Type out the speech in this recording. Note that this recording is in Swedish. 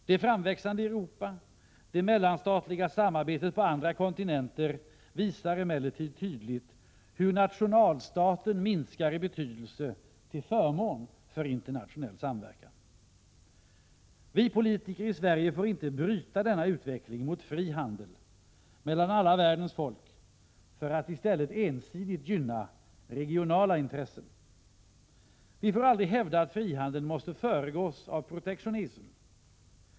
Det framväxande Europa, det mellanstatliga samarbetet på andra kontinenter, visar emellertid tydligt hur nationalstaten minskar i betydelse till förmån för internationell samverkan. Vi politiker i Sverige får inte bryta denna utveckling mot fri handel mellan alla världens folk för att i stället ensidigt gynna regionala intressen. Vi får aldrig hävda att frihandeln måste föregås av protektionism.